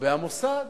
לגבי המוסד,